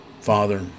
Father